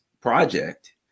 project